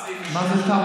מה?